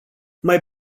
mai